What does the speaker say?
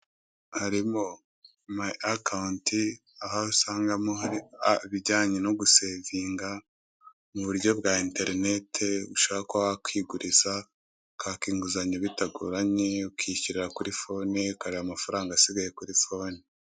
Harimo mayi akawunti aho usangamo hari ibijyanye no gusevinga mu buryo bwa enterinete, ushobora kuba wakwiguriza, ukaka inguzanyo bitagorenye, ukishyurira kuri fone ukareba amafaranga asigaye kuri fone.